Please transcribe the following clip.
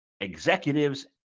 executives